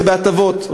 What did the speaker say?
זה בהטבות,